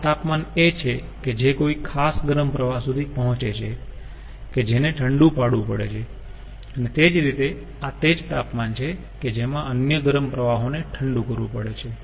આ તાપમાન એ છે કે જે કોઈ ખાસ ગરમ પ્રવાહ સુધી પહોંચે છે કે જેને ઠંડુ પાડવું પડે છે તે જ રીતે આ તે જ તાપમાન છે કે જેમાં અન્ય ગરમ પ્રવાહને ઠંડુ કરવું પડે છે